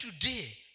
today